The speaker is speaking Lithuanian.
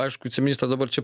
aišku viceministrą dabar čia